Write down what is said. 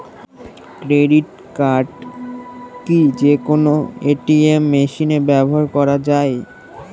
Credit card কি যে কোনো এ.টি.এম মেশিনে ব্যবহার করা য়ায়?